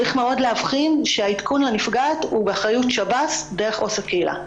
צריך מאוד להבחין שהעדכון לנפגעת הוא באחריות שב"ס דרך עו"ס הקהילה.